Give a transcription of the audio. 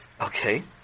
Okay